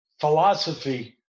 philosophy